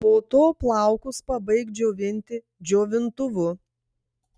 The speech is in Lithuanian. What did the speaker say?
po to plaukus pabaik džiovinti džiovintuvu